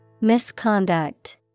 Misconduct